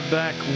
back